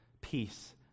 peace